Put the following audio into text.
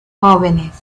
jóvenes